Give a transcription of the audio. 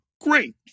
Great